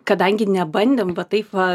kadangi nebandėm va taip va